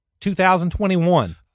2021